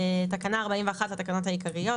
תיקון תקנה 41 15. בתקנה 41 לתקנות העיקריות,